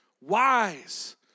wise